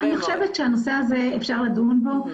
אני חושבת שהנושא הזה אפשר לדון בו.